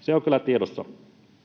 se on kyllä tiedossa.